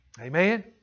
Amen